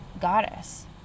goddess